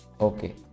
okay